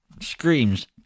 screams